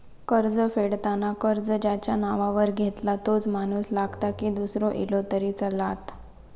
कर्ज फेडताना कर्ज ज्याच्या नावावर घेतला तोच माणूस लागता की दूसरो इलो तरी चलात?